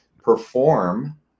perform